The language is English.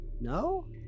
No